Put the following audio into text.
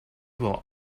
will